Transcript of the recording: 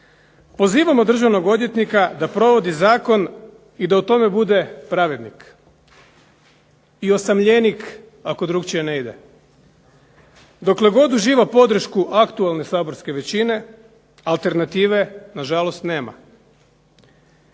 Pozivamo državnog odvjetnika da provodi zakon i da u tome bude pravednik i osamljenik ako drukčije ne ide. Dokle god uživa podršku aktualne saborske većine, alternative nažalost nema.